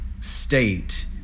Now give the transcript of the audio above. state